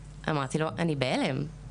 הייתי בהלם.